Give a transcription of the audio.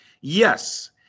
Yes